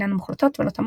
ארון